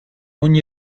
ogni